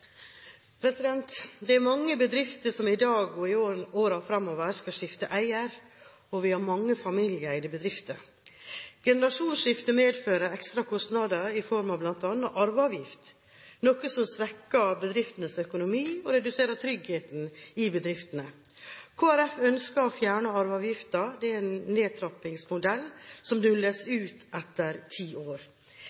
i årene framover skal skifte eier, og vi har mange familieeide bedrifter. Generasjonsskifte medfører ekstra kostnader i form av bl.a. arveavgift, noe som svekker bedriftenes økonomi og reduserer tryggheten i bedriftene. Kristelig Folkeparti ønsker å fjerne arveavgiften – det er en nedtrappingsmodell som nulles